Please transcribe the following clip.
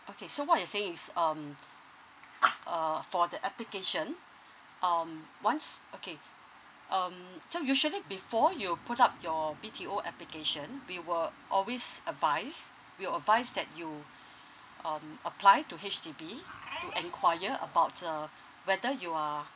okay so what you saying is um uh for the application um once okay um so usually before you put up your B_T_O application we will always advise we'll advise that you um apply to H_D_B to enquire about uh whether you are